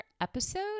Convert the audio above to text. episode